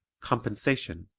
compensation